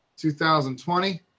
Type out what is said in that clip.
2020